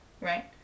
Right